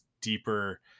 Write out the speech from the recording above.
deeper